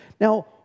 Now